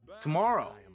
tomorrow